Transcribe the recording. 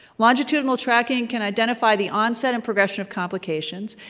longitudinal tracking can identify the onset and progression of complications,